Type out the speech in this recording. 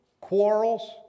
quarrels